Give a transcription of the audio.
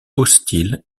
hostiles